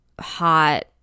hot